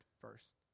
first